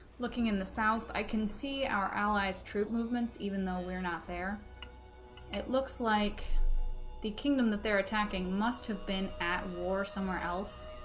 looking in the south i can see our allies troop movements even though we're not there it looks like the kingdom that they're attacking must have been at war somewhere else